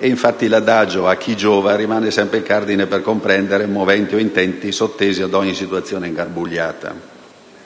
Infatti l'adagio «a chi giova?» rimane sempre il cardine per comprendere moventi e intenti sottesi ad ogni situazione ingarbugliata.